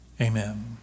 Amen